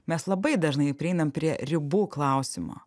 mes labai dažnai prieinam prie ribų klausimo